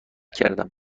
کردم